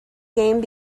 game